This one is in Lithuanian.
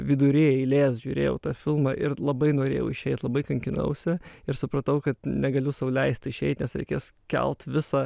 vidury eilės žiūrėjau tą filmą ir labai norėjau išeit labai kankinausi ir supratau kad negaliu sau leisti išeit nes reikės kelt visą